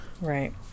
right